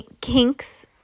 kinks